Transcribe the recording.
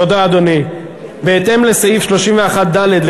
חבר הכנסת עפר שלח, נכון, אפילו לא הצלחתי לזהות.